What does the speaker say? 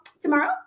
tomorrow